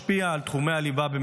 אך אלו לא התחומים היחידים.